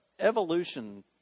evolution